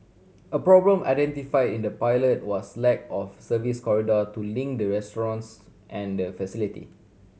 a problem identify in the pilot was lack of service corridor to link the restaurants and the facility